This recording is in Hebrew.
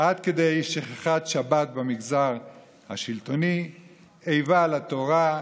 עד כדי שכחת שבת במגזר השלטוני, איבה לתורה,